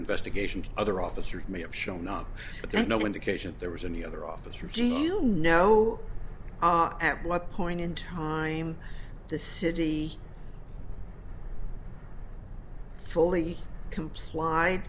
investigation other officers may have shown up but there's no indication there was any other officer do you know at what point in time the city fully complied